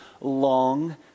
long